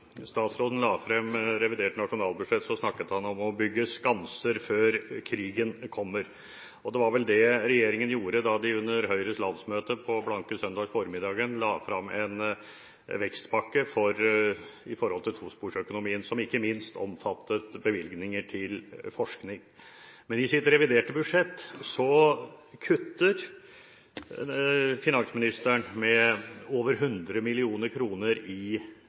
statsråden la frem revidert nasjonalbudsjett, snakket han om «å bygge skanser før krigen kommer». Det var vel det regjeringen gjorde da de under Høyres landsmøte – på blanke søndag formiddagen – la frem en vekstpakke for tosporsøkonomien som ikke minst omfattet bevilgninger til forskning. Men i sitt reviderte budsjett kutter finansministeren over 100